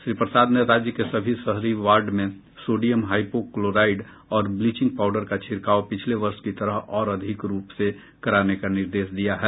श्री प्रसाद ने राज्य के सभी शहरी वार्ड में सोडियम हाइपोक्लोराइड और ब्लीचिंग पाउडर का छिड़काव पिछले वर्ष की तरह और अधिक रूप से कराने का निर्देश दिया है